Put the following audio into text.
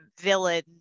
villain